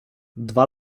dwa